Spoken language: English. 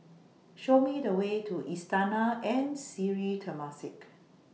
Show Me The Way to Istana and Sri Temasek